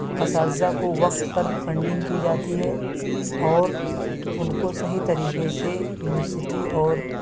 اساتذہ کو وقت پر فنڈنگ کی جاتی ہے اور ان کو صحیح طریقے سے یونیورسٹی اور